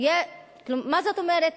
מה זאת אומרת?